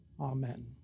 Amen